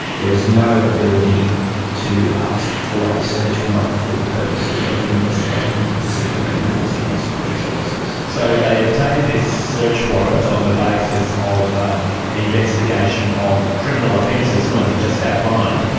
there is no ability to ask for a search warrant for the purposes of investigating disciplinary matters against police officers. so they obtained this search warrant on the basis of ah an investigation of criminal offences, the ones you've just outlined.